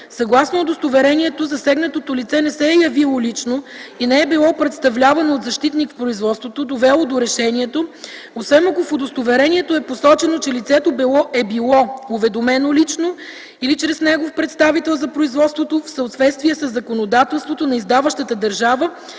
съгласно удостоверението засегнатото лице не се е явило лично и не е било представлявано от защитник в производството, довело до решението, освен ако в удостоверението е посочено, че лицето е било уведомено лично или чрез негов представител за производството в съответствие със законодателството на издаващата държава,